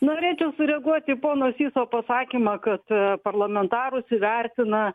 norėčiau sureaguoti į pono syso pasakymą kad parlamentarus įvertina